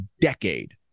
decade